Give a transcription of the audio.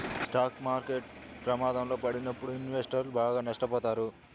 stock market ప్రమాదంలో పడినప్పుడు ఇన్వెస్టర్లు బాగా నష్టపోతారు